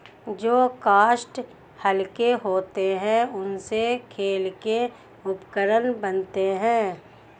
जो काष्ठ हल्के होते हैं, उनसे खेल के उपकरण बनते हैं